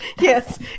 Yes